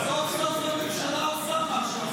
סוף-סוף הממשלה עושה משהו,